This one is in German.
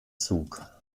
zug